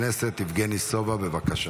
חבר הכנסת יבגני סובה, בבקשה.